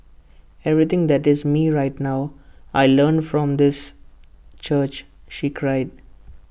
everything that is me right now I learnt from this church she cried